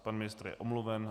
Pan ministr je omluven.